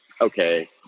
okay